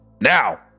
Now